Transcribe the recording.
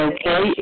Okay